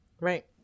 Right